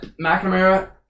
McNamara